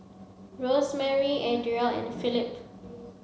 Rosemary Adriel and Philip